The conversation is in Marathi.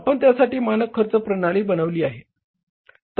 आपण त्यासाठीच मानक खर्च प्रणाली बनविली आहे